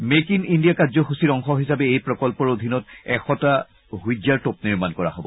make in India কাৰ্যসূচীৰ অংশ হিচাপে এই প্ৰকন্নৰ অধীনত এশটা হোৱিট্জাৰ টোপ নিৰ্মাণ কৰা হ'ব